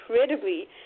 incredibly